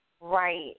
Right